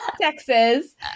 texas